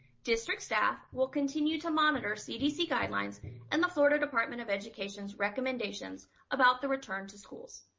district staff will continue to monitor cdc guidelines and the florida department of education's recommendations about the return to schools.